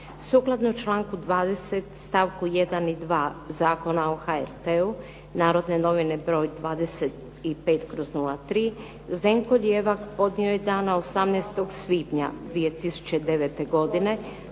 Sukladno članku 20. stavku 1. i 2. Zakona o HRT-u "Narodne novine" broj 25/03. Zdenko Lijevak podnio je dana 18. svibnja 2009.